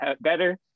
better